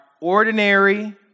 ordinary